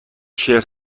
شرت